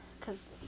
cause